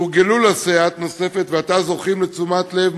שהורגלו לסייעת נוספת ועתה זוכים לתשומת לב